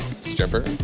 stripper